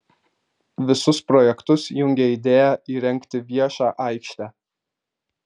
visus projektus jungia idėja įrengti viešą aikštę